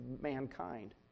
mankind